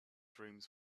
dreams